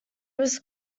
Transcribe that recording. was